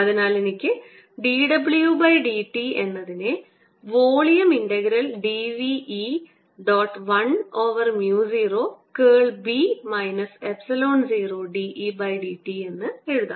അതിനാൽ എനിക്ക് dw by dt എന്നതിനെ volume integral d v E dot 1 over mu 0 curl B minus epsilon 0 dE dt എന്ന് എഴുതാം